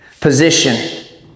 position